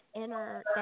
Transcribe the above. inner